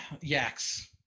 Yaks